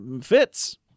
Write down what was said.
Fits